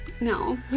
No